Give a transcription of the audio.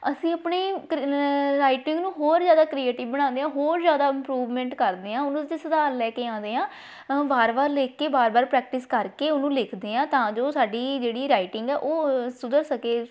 ਅਸੀਂ ਆਪਣੀ ਕਰ ਰਾਈਟਿੰਗ ਨੂੰ ਹੋਰ ਜ਼ਿਆਦਾ ਕ੍ਰੀਏਟਿਵ ਬਣਾਉਂਦੇ ਹਾਂ ਹੋਰ ਜ਼ਿਆਦਾ ਇੰਪਰੂਵਮੈਂਟ ਕਰਦੇ ਹਾਂ ਉਹਨੂੰ ਅਸੀਂ ਸੁਧਾਰ ਲੈ ਕੇ ਆਉਂਦੇ ਹਾਂ ਵਾਰ ਵਾਰ ਲਿਖ ਕੇ ਬਾਰ ਬਾਰ ਪ੍ਰੈਕਟਿਸ ਕਰਕੇ ਉਹਨੂੰ ਲਿਖਦੇ ਹਾਂ ਤਾਂ ਜੋ ਸਾਡੀ ਜਿਹੜੀ ਰਾਈਟਿੰਗ ਆ ਉਹ ਸੁਧਰ ਸਕੇ